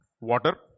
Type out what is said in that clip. water